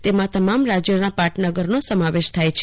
તેમાં તમામ રાજ્યોમાં પાટનગરનો સમાવેશ થાય છે